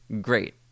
great